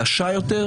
הוא יבודד אותנו,